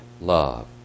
love